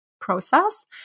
process